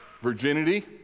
virginity